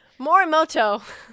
Morimoto